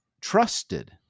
trusted